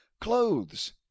Clothes